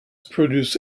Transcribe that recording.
produce